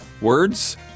words